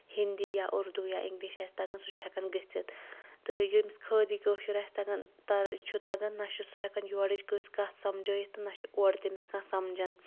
ہِندۍ یا اُردوٗ یا اِنگلِش آسہِ تگان سُہ چھُ ہٮ۪کان گٔژِھِتھ تہٕ ییٚمِس خٲلی کٲشُر آسہِ تَگان چھُ تَگان نہ چھُ سُہ ہٮ۪کان یورٕچ کٲنسہِ کَتھ سَمجٲوِتھ نہ چھُ اورٕ تٔمِس کانہہ سَمجان